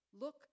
Look